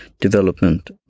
development